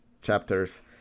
chapters